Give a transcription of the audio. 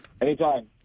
Anytime